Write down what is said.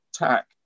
attack